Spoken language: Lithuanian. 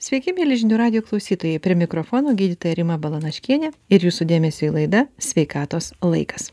sveiki mieli žinių radijo klausytojai prie mikrofono gydytoja rima balanaškienė ir jūsų dėmesiui laida sveikatos laikas